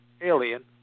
alien